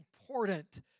important